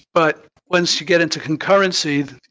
but once you get into concurrency,